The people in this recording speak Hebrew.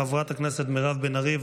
חברת הכנסת מירב בן ארי,